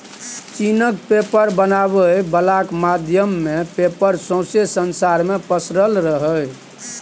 चीनक पेपर बनाबै बलाक माध्यमे पेपर सौंसे संसार मे पसरल रहय